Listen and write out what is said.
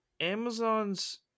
Amazon's